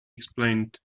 explained